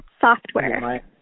software